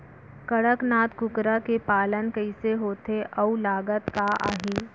कड़कनाथ कुकरा के पालन कइसे होथे अऊ लागत का आही?